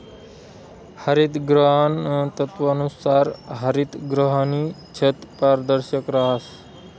हरितगृहाना तत्वानुसार हरितगृहनी छत पारदर्शक रहास